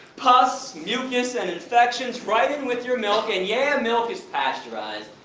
pus, mucus and infections right in with your milk, and yeah milk is pasteurized.